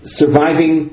surviving